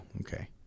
okay